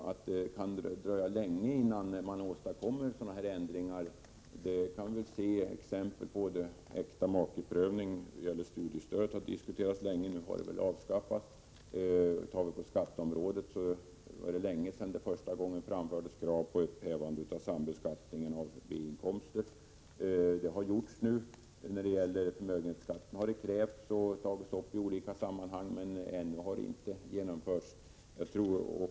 Att det kan dröja länge innan det är möjligt att åstadkomma ändringar av detta slag har vi flera exempel på. Äktamakeprövningen när det gäller studiestödet diskuterades länge innan den avskaffades. För att ta ett exempel från skatteområdet kan man peka på att det nu är länge sedan som det första gången framfördes krav på upphävande av sambeskattningen av B-inkomster. Denna sambeskattning är nu upphävd. Även ett upphävande av sambeskattningen av förmögenheter har krävts många gånger, men ännu har något sådant beslut inte fattats.